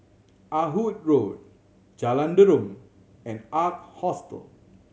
Ah Hood Road Jalan Derum and Ark Hostel